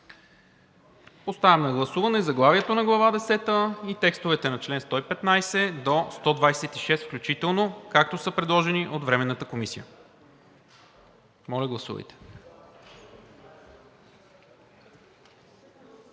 Поставям на гласуване заглавието на Глава 10 и текстовете на чл. 115 до 126 включително, както са предложени от Временната комисия. Гласували